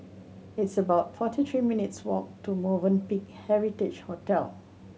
it's about forty three minutes' walk to Movenpick Heritage Hotel